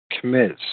Commits